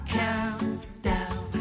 countdown